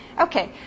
Okay